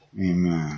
Amen